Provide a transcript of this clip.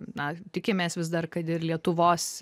na tikimės vis dar kad ir lietuvos